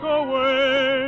away